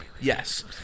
yes